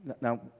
Now